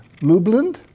Lublin